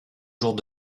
jours